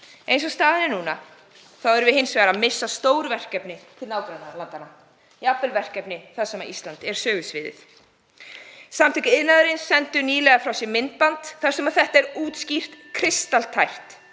Eins og staðan er núna erum við hins vegar að missa stór verkefni til nágrannalandanna, jafnvel verkefni þar sem Ísland er sögusviðið. Samtök iðnaðarins sendu nýlega frá sér myndband þar sem þetta er (Forseti hringir.)